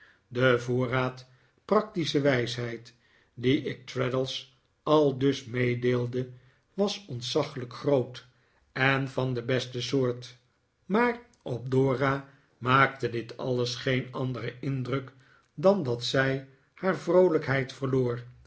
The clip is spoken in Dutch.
de voorraad practische wijsheid die ik traddles aldus meedeelde was ontzaglijk groot en van de beste soort maar op dora maakte dit alles geen anderen indruk dan dat zij haar vroolijkheid verloor